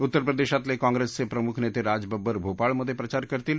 उत्तरप्रदेशातले काँग्रेसचे प्रमुख नेते राज बब्बर भोपाळमधे प्रचार करतील